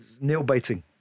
nail-biting